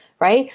Right